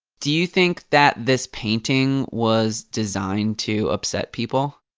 do you think that this painting was designed to upset people?